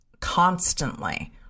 constantly